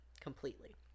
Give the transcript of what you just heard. Completely